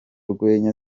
rwenya